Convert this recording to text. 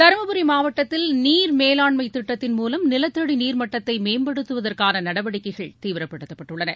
தருமபுரி மாவட்டத்தில் நீர் மேலாண்மை திட்டத்தின் மூலம் நிலத்தடி நீர் மட்டத்தை மேம்படுத்துவதற்கான நடவடிக்கைகள் தீவிரப்படுத்தப்பட்டுள்ளன